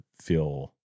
feel